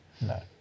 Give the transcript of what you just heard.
No